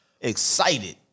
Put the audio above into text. Excited